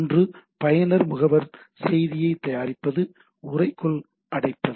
ஒன்று பயனர் முகவர் செய்தியைத் தயாரிப்பது உறைக்குள் அடைப்பது